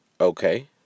Okay